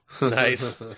Nice